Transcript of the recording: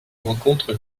rencontre